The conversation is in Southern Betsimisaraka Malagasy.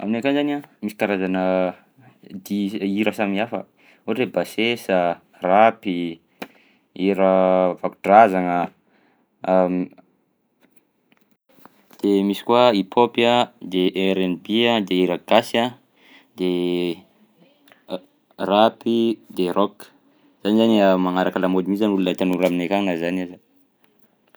Aminay akagny zany a, misy karazana dihy hira samihafa. Ohatra hoe basesa, rapy, hira vako-drazagna de misy koa hip-hop a, de RNB a, de hira gasy a, de rapy, de rock. Zany zany magnaraka lamaody mihitsy zany olona tanora aminay akagny na zany aza.